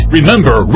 Remember